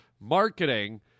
marketing